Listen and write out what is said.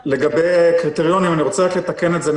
לגבי הקריטריונים אני רוצה לתקן את זה.